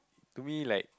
to me like